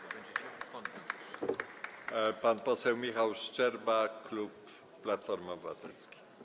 Pan poseł Michał Szczerba, klub Platformy Obywatelskiej.